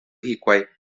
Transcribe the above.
hikuái